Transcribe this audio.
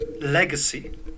legacy